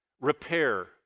repair